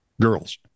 girls